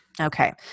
Okay